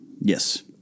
Yes